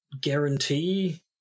guarantee